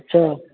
अच्छा